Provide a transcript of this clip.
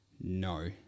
No